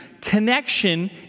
Connection